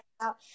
out